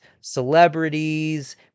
celebrities